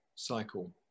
cycle